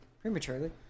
Prematurely